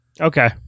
Okay